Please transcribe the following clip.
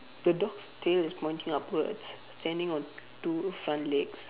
the dog's tail is pointing upwards standing on two front legs